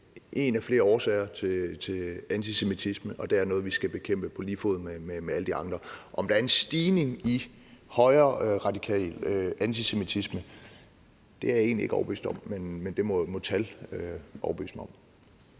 en af flere årsager til antisemitisme, og det er noget, vi skal bekæmpe på lige fod med alle de andre. Om der er en stigning i højreradikal antisemitisme, er jeg egentlig ikke overbevist om, men det må tal overbevise mig om.